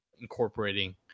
incorporating